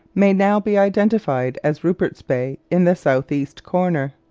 may now be identified as rupert bay, in the south-east corner.